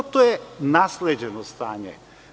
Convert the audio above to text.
Ali, to je nasleđeno stanje.